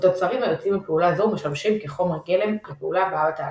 ובתוצרים היוצאים מפעולה זו ומשמשים כחומר גלם לפעולה הבאה בתהליך.